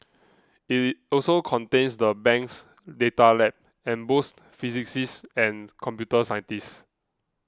it also contains the bank's data lab and boasts physicists and computer scientists